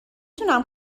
تونم